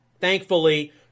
Thankfully